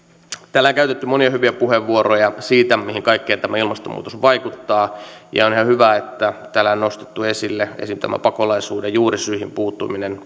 täällä on käytetty monia hyviä puheenvuoroja siitä mihin kaikkeen tämä ilmastonmuutos vaikuttaa ja on ihan hyvä että täällä on nostettu esille esimerkiksi tämä pakolaisuuden juurisyihin puuttuminen